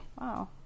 Wow